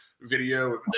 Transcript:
video